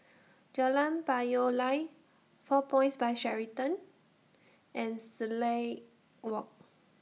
Jalan Payoh Lai four Points By Sheraton and Silat Walk